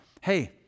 Hey